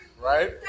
Right